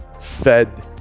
fed